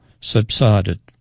subsided